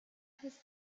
his